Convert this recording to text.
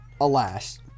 alas